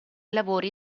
lavori